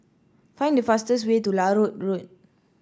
find the fastest way to Larut Road